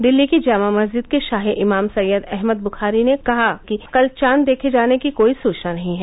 दिल्ली की जामा मस्जिद के शाही इमाम सैयद अहमद बुखारी ने कहा कि कल चाद देखे जाने की कोई सूचना नहीं है